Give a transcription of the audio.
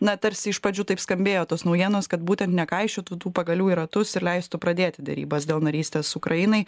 na tarsi iš pradžių taip skambėjo tos naujienos kad būtent nekaišiotų tų pagalių į ratus ir leistų pradėti derybas dėl narystės ukrainai